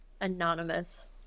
anonymous